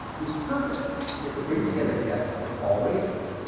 whose purpose is to bring together guests of all races.